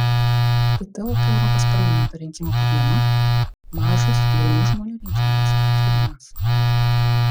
kita opi europos parlamento rinkimų problema mažas jaunų žmonių rinkiminis aktyvumas